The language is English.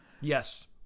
Yes